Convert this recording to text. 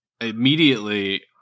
Immediately